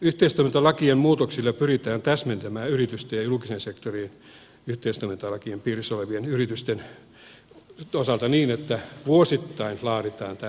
yhteistoimintalakien muutoksilla pyritään täsmentämään yritysten ja julkisen sektorin yhteistoimintalakien piirissä olevien yritysten osalta niin että vuosittain laaditaan tämä henkilöstö ja koulutussuunnitelma